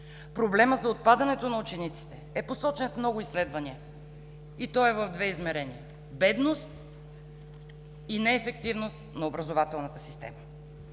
Проблемът за отпадането на учениците е посочен в много изследвания, и той е в две измерения: бедност и неефективност на образователната система.